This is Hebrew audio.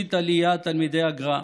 מראשית עליית תלמידי הגר"א,